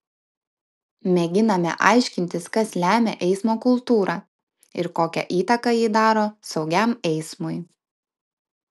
mėginame aiškintis kas lemia eismo kultūrą ir kokią įtaką ji daro saugiam eismui